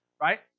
right